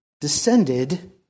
descended